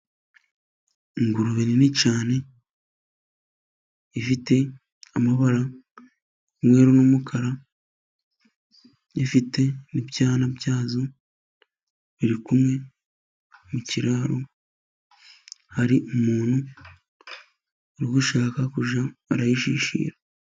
Ingurube nini cyane, ifite amabara umweru n'umukara, ifite n'ibyana byazo birikumwe mu kiraro, hari umuntu uri gushaka kujya arayishishira.